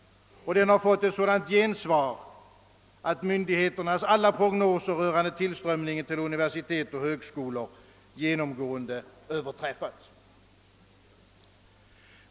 Detta har fått ett sådant gensvar att myndigheternas alla prognoser rörande tillströmningen till universitet och högskolor genomgående överträffats.